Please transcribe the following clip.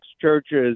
churches